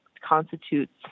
constitutes